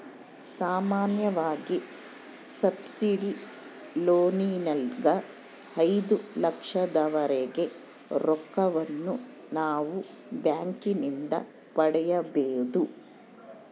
ಸಾಮಾನ್ಯವಾಗಿ ಸಬ್ಸಿಡಿ ಲೋನಿನಗ ಐದು ಲಕ್ಷದವರೆಗೆ ರೊಕ್ಕವನ್ನು ನಾವು ಬ್ಯಾಂಕಿನಿಂದ ಪಡೆಯಬೊದು